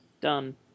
Done